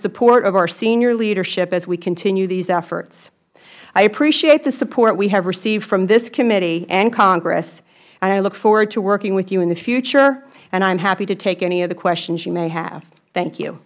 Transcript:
support of our senior leadership as we continue these efforts i appreciate the support we have received from this committee and congress and i look forward to working with you in the future and i am happy to take any of the questions you may have thank you